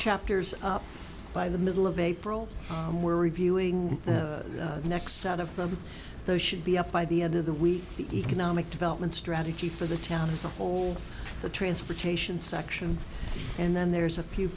chapters by the middle of april i'm worried viewing the next set of those should be up by the end of the week the economic development strategy for the town as a whole the transportation section and then there's a few